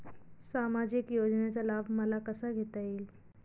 सामाजिक योजनेचा लाभ मला कसा घेता येईल?